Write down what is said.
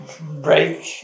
break